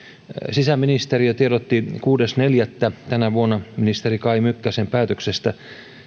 sisäministeriö tiedotti kuudes neljättä tänä vuonna ministeri kai mykkäsen päätöksestä